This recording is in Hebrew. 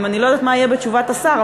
אני גם לא יודעת מה יהיה בתשובת השר,